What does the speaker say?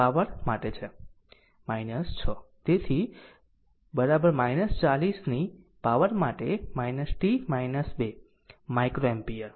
તેથી અને 40 ની પાવર માટે t 2 માઇક્રોએમ્પીયર